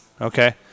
okay